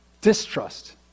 distrust